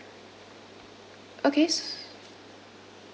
okay s~